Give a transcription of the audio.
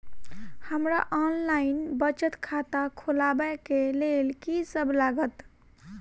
हमरा ऑनलाइन बचत खाता खोलाबै केँ लेल की सब लागत?